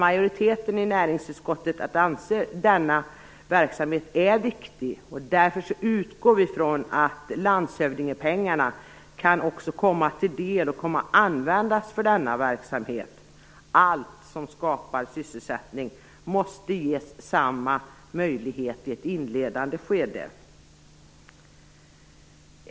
Majoriteten i näringsutskottet anser denna verksamhet vara viktig och utgår därför ifrån att landshövdingepengarna också kan komma att användas till denna verksamhet. Allt som skapar sysselsättning måste ges samma möjlighet i ett inledande skede.